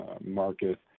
market